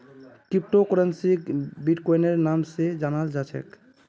crypto करन्सीक बिट्कोइनेर नाम स जानाल जा छेक